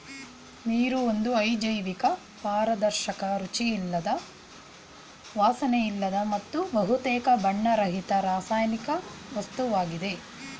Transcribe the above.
ನೀರು ಒಂದು ಅಜೈವಿಕ ಪಾರದರ್ಶಕ ರುಚಿಯಿಲ್ಲದ ವಾಸನೆಯಿಲ್ಲದ ಮತ್ತು ಬಹುತೇಕ ಬಣ್ಣರಹಿತ ರಾಸಾಯನಿಕ ವಸ್ತುವಾಗಿದೆ